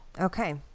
Okay